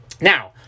now